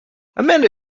amanda